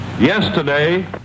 yesterday